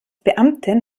beamtin